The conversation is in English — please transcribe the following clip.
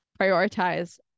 prioritize